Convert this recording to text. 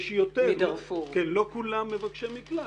יש יותר אבל לא כולם מבקשי מקלט.